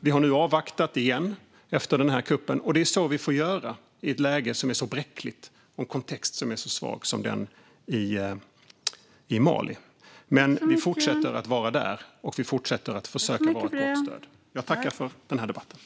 Vi har nu avvaktat igen efter denna kupp. Det är så vi får göra i ett läge som är så bräckligt och i en kontext som är så svag som den i Mali. Men vi fortsätter att vara där, och vi fortsätter att försöka vara ett gott stöd.